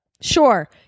Sure